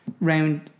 round